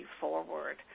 forward